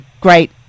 great